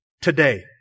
today